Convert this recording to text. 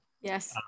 yes